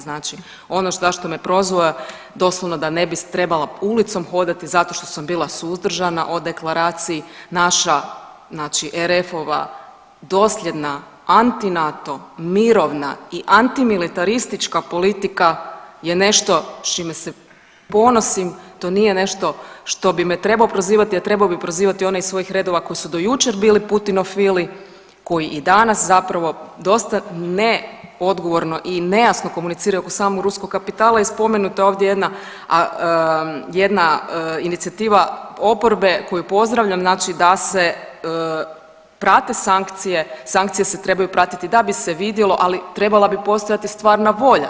Znači ono zašto me prozvao je doslovno da ne bi trebala ulicom hodati zato što sam bila suzdržana o deklaraciji, naša RF-ova dosljedna, anitnato, mirovna i antimilitaristička politika je nešto s čime se ponosim, to nije nešto što bi me trebao prozivati, a trebao bi prozivati one iz svojih redova koji su do jučer bili Putinov Vili koji i danas zapravo dosta neodgovorni i nejasno komuniciraju oko samog ruskog kapitala i spomenuta je ovdje jedna, jedna incijativa oporbe koju pozdravljam, znači da se prate sankcije, sankcije se trebaju pratiti da bi se vidjelo, ali trebala bi postojati stvarna volja.